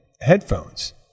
headphones